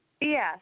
Yes